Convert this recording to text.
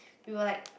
we will like